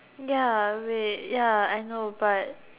ya wait ya I know but